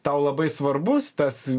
tau labai svarbus tas